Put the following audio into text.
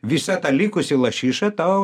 visa ta likusi lašiša tau